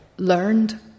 learned